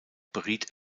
beriet